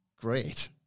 great